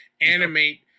animate